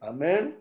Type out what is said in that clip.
Amen